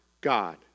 God